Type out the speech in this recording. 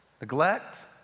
neglect